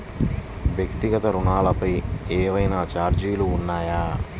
వ్యక్తిగత ఋణాలపై ఏవైనా ఛార్జీలు ఉన్నాయా?